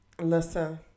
listen